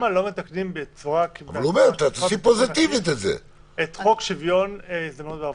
למה לא מתקנים בצורה --- את חוק שוויון הזדמנויות בעבודה?